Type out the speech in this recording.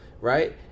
right